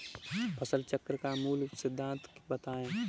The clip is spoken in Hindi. फसल चक्र का मूल सिद्धांत बताएँ?